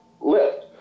lift